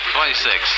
Twenty-six